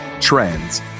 trends